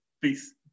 Peace